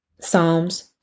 Psalms